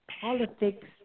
politics